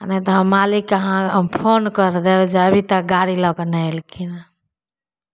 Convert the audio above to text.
आओर नहि तऽ हम मालिकके अहाँ फोन कर देब जे अभी तक गाड़ी लऽके नहि अयलखिन हँ